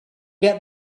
get